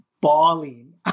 bawling